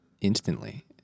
instantly